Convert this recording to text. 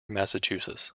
massachusetts